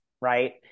right